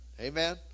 Amen